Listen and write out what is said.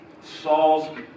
Saul's